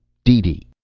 deedee,